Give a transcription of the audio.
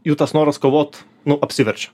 jų tas noras kovot nu apsiverčia